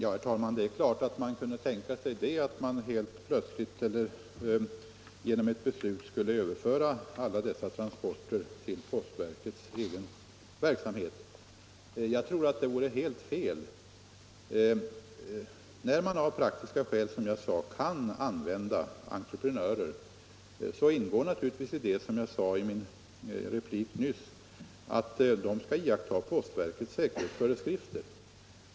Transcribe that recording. Herr talman! Det är klart att man kunde tänka sig att genom ett beslut överföra alla dessa transporter till postverkets egen verksamhet. Jag tror emellertid att det vore helt fel. När man av praktiska skäl, som jag sade, kan använda entreprenörer ingår naturligtvis i det — vilket jag också framhöll i min replik nyss — att de skall iaktta postverkets säkerhetsföreskrifter.